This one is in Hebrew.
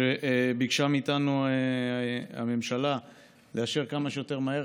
שביקשה מאיתנו הממשלה לאשר כמה שיותר מהר,